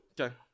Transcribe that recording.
Okay